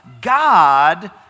God